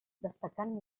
destacant